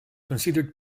considered